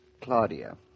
Claudia